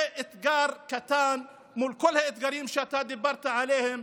זה אתגר קטן מול כל האתגרים שאתה דיברת עליהם,